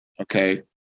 Okay